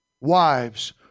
Wives